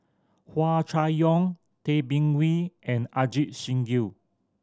Hua Chai Yong Tay Bin Wee and Ajit Singh Gill